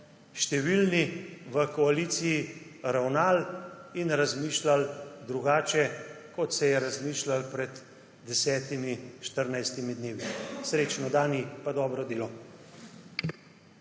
številni v koaliciji ravnali in razmišljali drugače, kot se je razmišljalo pred 10, 14 dnevi. Srečno, Dani! Pa dobro delo.